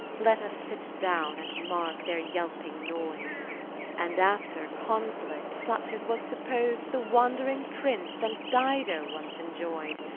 let us sit down and mark their yellowing noise and after conflict such as was suppos'd the wand'ring prince and dido once enjoyed,